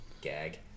Gag